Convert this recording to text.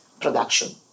production